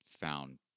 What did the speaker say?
found